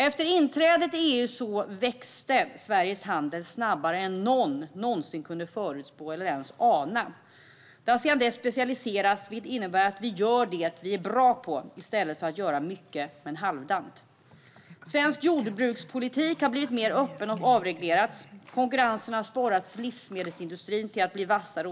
Efter inträdet i EU växte Sveriges handel snabbare än någon någonsin kunde förutspå eller ens ana. Handeln har sedan dess specialiserats, vilket innebär att vi gör det som vi är bra på i stället för att göra mycket och halvdant. Svensk jordbrukspolitik har blivit mer öppen och avreglerats. Konkurrensen har sporrat livsmedelsindustrin till att bli vassare.